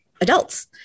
adults